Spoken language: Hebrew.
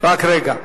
רק רגע.